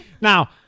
Now